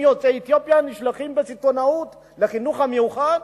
תלמידים יוצאי אתיופיה נשלחים בסיטונות לחינוך המיוחד?